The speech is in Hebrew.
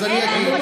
זה לא